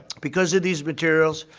because of these materials